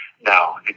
Now